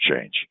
change